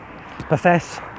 profess